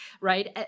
Right